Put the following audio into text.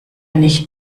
nicht